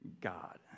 God